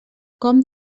com